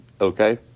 Okay